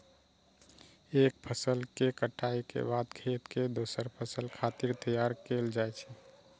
एक फसल के कटाइ के बाद खेत कें दोसर फसल खातिर तैयार कैल जाइ छै